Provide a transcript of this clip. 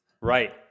Right